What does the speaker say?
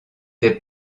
des